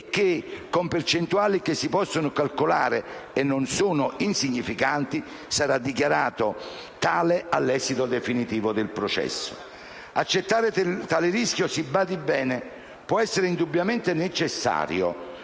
e che, con percentuali che si possono calcolare e non sono insignificanti, sarà dichiarato tale all'esito definitivo del processo. Accettare tale rischio, si badi bene, può essere indubbiamente necessario,